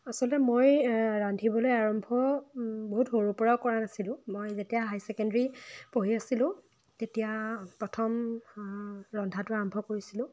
আচলতে মই ৰান্ধিবলৈ আৰম্ভ বহুত সৰুৰ পৰাও কৰা নাছিলোঁ মই যেতিয়া হাই ছেকেণ্ডৰী পঢ়ি আছিলোঁ তেতিয়া প্ৰথম ৰন্ধাটো আৰম্ভ কৰিছিলোঁ